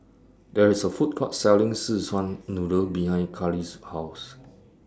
There IS A Food Court Selling Szechuan Noodle behind Karlie's House